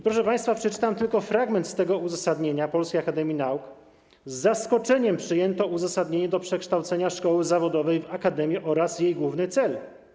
Proszę państwa, przeczytam tylko fragment tego uzasadnienia Polskiej Akademii Nauk: Z zaskoczeniem przyjęto uzasadnienie przekształcenia szkoły zawodowej w akademię oraz jej główny cel.